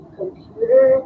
computer